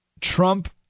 Trump